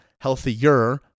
healthier